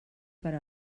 per